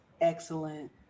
excellent